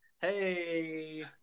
Hey